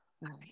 right